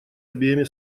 обеими